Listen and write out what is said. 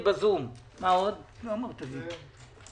ואנו רואים את המשקיעים,